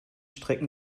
strecken